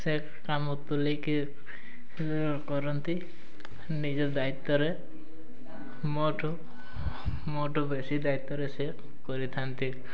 ସେ କାମ ତୁଲାଇକି କରନ୍ତି ନିଜ ଦାୟିତ୍ୱରେ ମୋଠୁ ମୋଠୁ ବେଶୀ ଦାୟିତ୍ୱରେ ସେ କରିଥାନ୍ତି